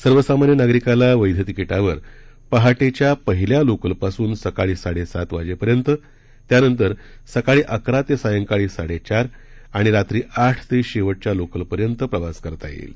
सर्वसामान्य नागरिकला वैध तिकिटावर पहाटेच्या पहिल्या लोकलपासून सकाळी साडेसात वाजेपर्यत त्यानंतर सकाळी अकरा ते सायंकाळी साडचार आणि रात्री आठ ते शेवटच्या लोकलपर्यंत प्रवास करता येईल